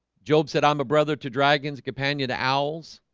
job said i'm a brother to dragons companion to owls.